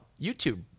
YouTube